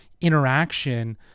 interaction